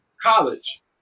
College